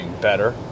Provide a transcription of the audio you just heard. better